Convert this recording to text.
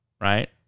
right